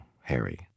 Harry